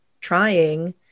trying